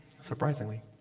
surprisingly